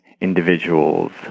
individuals